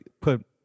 put